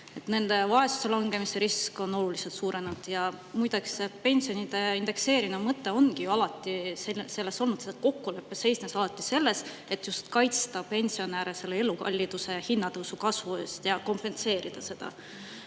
Nende vaesusesse langemise risk on oluliselt suurenenud, ja muide – pensionide indekseerimise mõte ongi ju alati olnud see ja see kokkulepe seisnes alati selles, et just kaitsta pensionäre elukalliduse ja hinnatõusu kasvu eest ning kompenseerida seda.